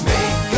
Make